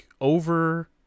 over